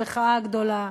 המחאה הגדולה,